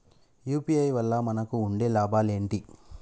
UPI వల్ల మనకు ఉండే లాభాలు ఏంటి?